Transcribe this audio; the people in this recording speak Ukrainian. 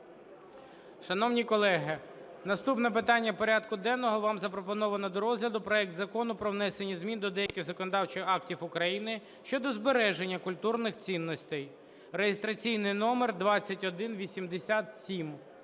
Шановні колеги, наступне питання порядку денного вам запропоновано до розгляду – проект Закону про внесення змін до деяких законодавчих актів України (щодо збереження культурних цінностей) (реєстраційний номер 2187).